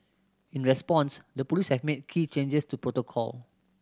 in response the police have made key changes to protocol